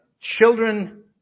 Children